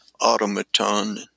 automaton